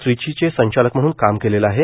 त्रिचीचे संचालक म्हणून काम केलं आहे